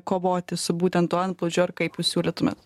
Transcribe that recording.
kovoti su būtent tuo antplūdžiu ar kaip jūs siūlytumėt